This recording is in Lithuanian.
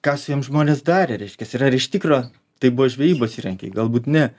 ką su jom žmonės darė reiškias ir ar iš tikro tai buvo žvejybos įrankiai galbūt ne